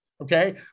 Okay